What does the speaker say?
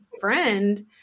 friend